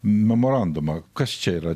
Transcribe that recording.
memorandumą kas čia yra